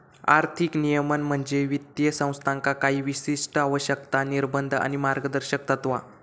आर्थिक नियमन म्हणजे वित्तीय संस्थांका काही विशिष्ट आवश्यकता, निर्बंध आणि मार्गदर्शक तत्त्वा